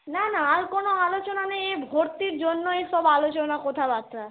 না না আর কোনো আলোচনা নেই ভর্তির জন্যই সব আলোচনা কথাবাৰ্তা